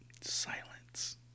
Silence